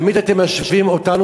תמיד אתם משווים אותנו,